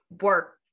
work